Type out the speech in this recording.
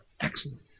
excellent